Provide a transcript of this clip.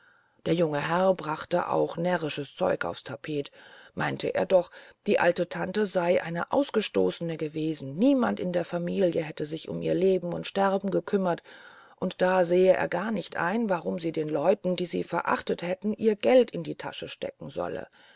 der junge herr brachte aber auch närrisches zeug aufs tapet meinte er doch die alte tante sei eine ausgestoßene gewesen niemand in der familie hätte sich um ihr leben und sterben gekümmert und da sähe er gar nicht ein warum sie den leuten die sie verachtet hätten ihr geld in die tasche stecken solle